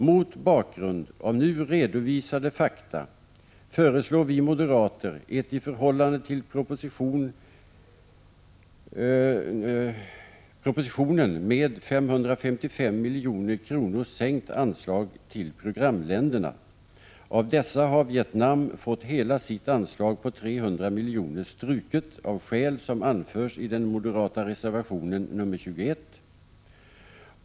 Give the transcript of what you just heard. Mot bakgrund av nu redovisade fakta föreslår vi moderater ett i förhållande till propositionen med 555 milj.kr. sänkt anslag till programländerna. Av dessa har Vietnam fått hela sitt anslag på 300 miljoner struket av skäl som anförs i den moderata reservationen nr 21.